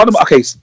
okay